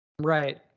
Right